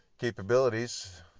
capabilities